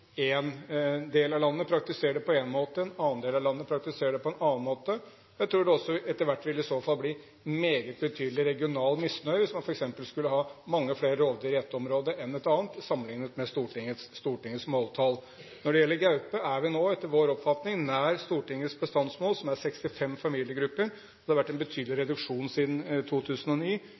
del av landet praktiserer det på én måte, og en annen del av landet praktiserer det på en annen måte. Jeg tror også det etter hvert i så fall vil bli meget betydelig regional misnøye hvis man f.eks. skulle ha mange flere rovdyr i ett område enn i et annet, sammenlignet med Stortingets måltall. Når det gjelder gaupe, er vi nå etter vår oppfatning nær Stortingets bestandsmål, som er 65 familiegrupper. Det har vært en betydelig reduksjon siden 2009,